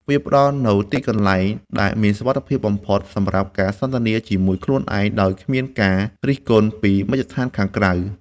វាផ្ដល់នូវទីកន្លែងដែលមានសុវត្ថិភាពបំផុតសម្រាប់ការសន្ទនាជាមួយខ្លួនឯងដោយគ្មានការរិះគន់ពីមជ្ឈដ្ឋានខាងក្រៅ។